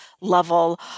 level